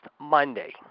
Monday